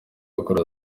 gukora